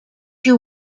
you